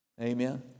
Amen